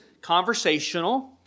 conversational